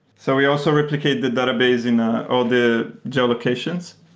so we also replicate the database in all the java locations.